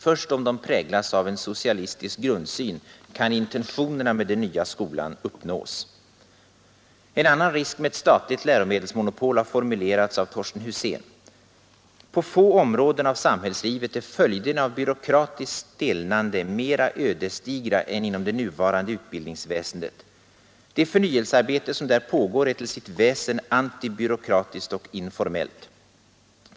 Först om de präglas av en socialistisk grundsyn kan intentionerna med den nya skolan uppnås. En annan risk med ett statligt läromedelsmonopol har formulerats av professor Torsten Husén: ”På få områden av samhällslivet är följderna av byråkratiskt stelnande mera ödesdigra än inom det nuvarande utbildningsväsendet. Det förnyelsearbete som där pågår är till sitt väsen antibyråkratiskt och informellt.